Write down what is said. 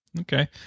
Okay